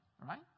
right